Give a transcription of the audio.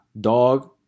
dog